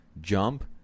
jump